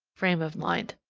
frame of mind.